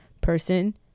person